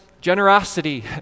generosity